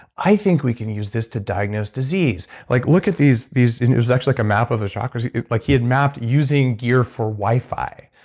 i think we can use this to diagnose disease. like look at these. it was actually a map of the chakras he like he had mapped using gear for wi-fi.